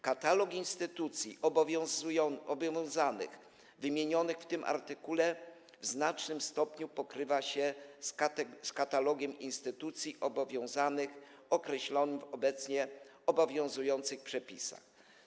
Katalog instytucji obowiązanych wymienionych w tym artykule w znacznym stopniu pokrywa się z katalogiem instytucji obowiązanych określonym w obecnie obowiązujących przepisach.